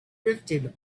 drifted